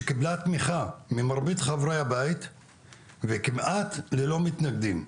שקיבלה תמיכה ממרבית חברי הבית וכמעט ללא מתנגדים.